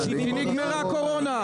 כי נגמרה הקורונה.